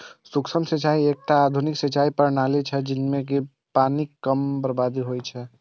सूक्ष्म सिंचाइ एकटा आधुनिक सिंचाइ प्रणाली छियै, जइमे पानिक कम बर्बादी होइ छै